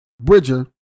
bridger